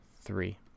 three